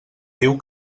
diu